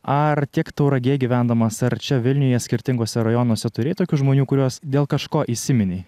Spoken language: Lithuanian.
ar tiek tauragėj gyvendamas ar čia vilniuje skirtinguose rajonuose turėjai tokių žmonių kuriuos dėl kažko įsiminei